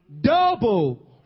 double